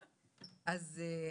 הזה,